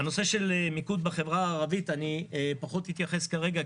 לנושא של מיקוד בחברה הערבית פחות אתייחס כרגע,